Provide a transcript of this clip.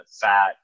fat